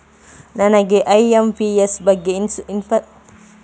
ನನಗೆ ಐ.ಎಂ.ಪಿ.ಎಸ್ ಬಗ್ಗೆ ಇನ್ಫೋರ್ಮೇಷನ್ ಕೊಡುತ್ತೀರಾ?